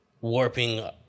warping